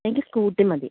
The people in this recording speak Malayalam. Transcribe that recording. എനിക്ക് സ്കൂട്ടി മതി